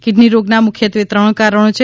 kidney રોગના મુખ્યત્વે ત્રણ કારણો છે